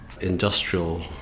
industrial